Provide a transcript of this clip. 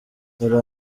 dore